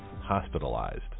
Hospitalized